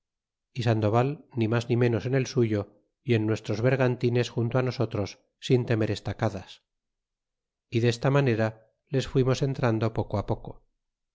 y sandoval ni mas ni ménos en el suyo y en nuestros bergantines junto nosotros sin temer estacadas y desta manera les fuimos entrando poco á poco